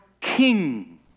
king